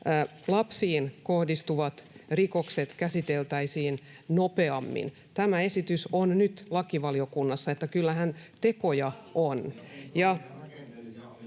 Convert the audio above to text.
lapsiin kohdistuvat rikokset käsiteltäisiin nopeammin. Tämä esitys on nyt lakivaliokunnassa, eli kyllähän tekoja on.